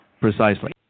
precisely